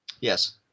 yes